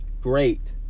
great